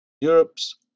Europe's